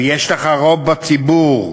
ויש לך רוב בציבור.